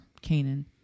Canaan